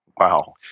Wow